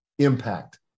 Impact